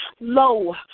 low